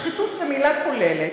"שחיתות" זו מילה כוללת,